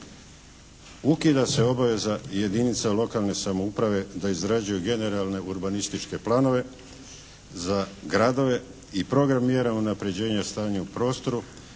Ukida se obaveza jedinica lokalne samouprave da izrađuju generalne urbanističke planove za gradove i program mjera unapređenja stanja u prostoru